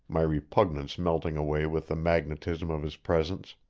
my repugnance melting away with the magnetism of his presence.